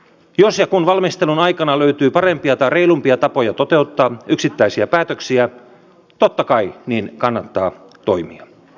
jos ja kun valmistelun aikana löytyy parempia tai reilumpia tapoja toteuttaa yksittäisiä päätöksiä totta kai niin kannattaa toimia